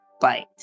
Bite